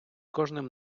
кожним